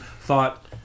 thought